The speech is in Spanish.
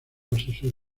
asesor